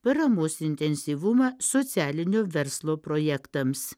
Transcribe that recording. paramos intensyvumą socialinio verslo projektams